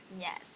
Yes